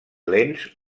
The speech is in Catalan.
lents